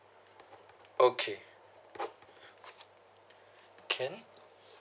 okay can